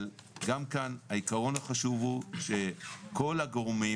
אבל גם כאן העיקרון החשוב הוא שכל הגורמים